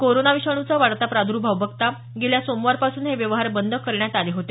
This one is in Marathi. कोरोना विषाणूचा वाढता प्रादर्भाव बघता गेल्या सोमवारपासून हे व्यवहार बंद करण्यात आले होते